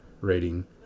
rating